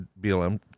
BLM